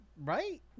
Right